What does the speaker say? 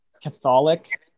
Catholic